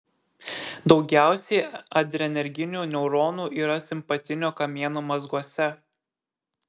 daugiausiai adrenerginių neuronų yra simpatinio kamieno mazguose